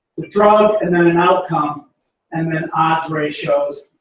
the drug and then an outcome and then odds ratios.